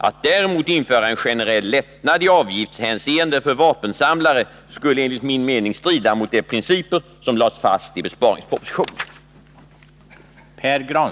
Att däremot införa en generell lättnad i avgiftshänseende för vapensamlare skulle enligt min mening strida mot de principer som lades fast i besparingspropositionen.